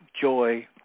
joy